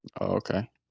Okay